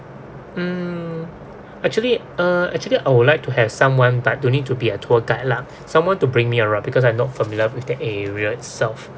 mm actually uh actually I would like to have someone but don't need to be a tour guide lah someone to bring me around because I'm not familiar with the area itself